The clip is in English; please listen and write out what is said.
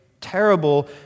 terrible